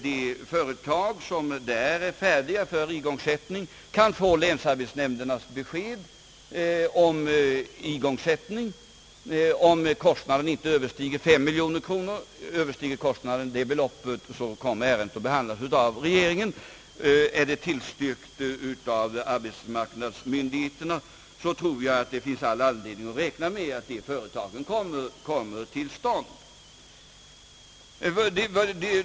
De företag som där är färdiga för igångsättning kan få länsarbetsnämndernas tillstånd och besked, om kostnaden inte överstiger 5 miljoner kronor; är kostnaden högre skall ärendet behandlas av regeringen, och har arbetsmarknadsmyndigheterna tillstyrkt så tror jag det finns all anledning räkna med att företagen kommer till stånd.